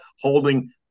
holding